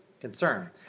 concern